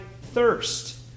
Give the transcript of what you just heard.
thirst